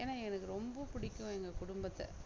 ஏன்னால் எனக்கு ரொம்ப பிடிக்கும் எங்கள் குடும்பத்தை